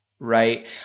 Right